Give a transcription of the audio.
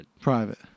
Private